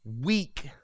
weak